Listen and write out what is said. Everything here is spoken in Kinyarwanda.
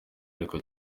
ariko